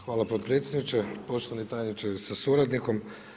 Hvala potpredsjedniče, poštovani tajniče sa suradnikom.